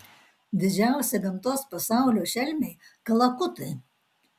didžiausi gamtos pasaulio šelmiai kalakutai